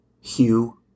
Hugh